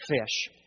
fish